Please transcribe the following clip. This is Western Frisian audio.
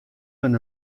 men